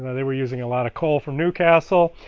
and were using a lot of coal from new castle.